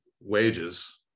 wages